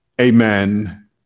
amen